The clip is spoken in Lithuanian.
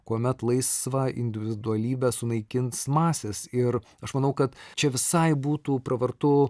kuomet laisvą individualybę sunaikins masės ir aš manau kad čia visai būtų pravartu